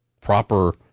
proper